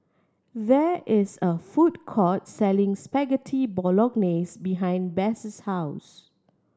there is a food court selling Spaghetti Bolognese behind Bess' house